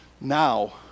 Now